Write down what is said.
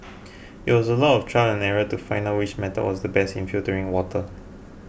it was a lot trial and error to find out which method was the best in filtering water